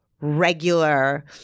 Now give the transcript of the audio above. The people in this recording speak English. regular